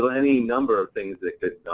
so any number of things that could